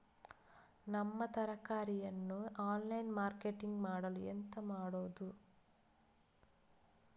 ನಮ್ಮ ತರಕಾರಿಯನ್ನು online marketing ಮಾಡಲು ಎಂತ ಮಾಡುದು?